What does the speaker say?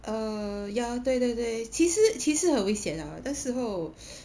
err ya 对对对其实其实很危险 lah 那时候